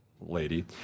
lady